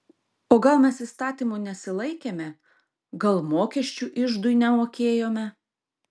o gal mes įstatymų nesilaikėme gal mokesčių iždui nemokėjome